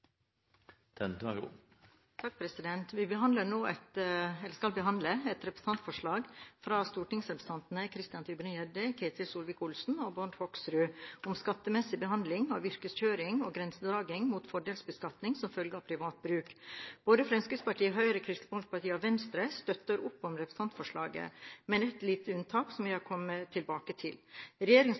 skal nå behandle et representantforslag fra stortingsrepresentantene Christian Tybring-Gjedde, Ketil Solvik-Olsen og Bård Hoksrud om skattemessig behandling av yrkeskjøring og grensedragning mot fordelsbeskatning som følge av privat bruk. Både Fremskrittspartiet, Høyre, Kristelig Folkeparti og Venstre støtter opp om representantforslaget – med et lite unntak, som jeg vil komme tilbake til.